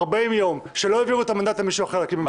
40 יום שלא העבירו את המנדט למישהו אחר להקים ממשלה.